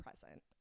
present